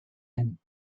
hin